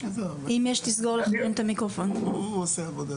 הים הוא לא אותו ים.